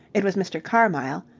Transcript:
it was mr. carmyle.